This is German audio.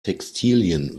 textilien